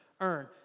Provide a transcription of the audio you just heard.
Earn